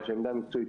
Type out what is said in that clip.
--- עמדה מקצועית.